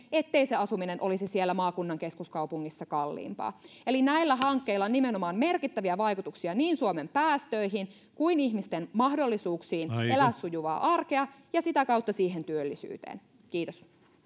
ettei asuminen olisi siellä maakunnan keskuskaupungissa kalliimpaa eli näillä hankkeilla on nimenomaan merkittäviä vaikutuksia niin suomen päästöihin kuin ihmisten mahdollisuuksiin elää sujuvaa arkea ja sitä kautta siihen työllisyyteen kiitos